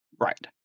Right